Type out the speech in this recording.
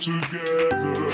Together